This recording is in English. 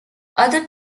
other